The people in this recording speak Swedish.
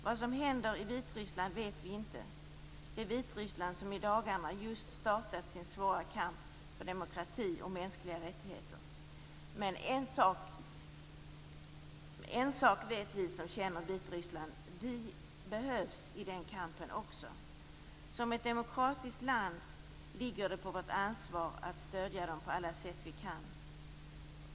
Vad som händer Vitryssland vet vi inte; det Vitryssland som i dagarna just startat sin svåra kamp för demokrati och mänskliga rättigheter. Men en sak vet vi som känner Vitryssland: Vi behövs i den kampen också. Det ligger på vårt ansvar som demokratiskt land att stödja på alla sätt vi kan.